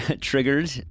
triggered